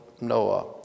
Noah